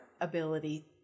ability